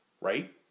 right